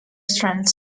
strengths